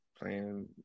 playing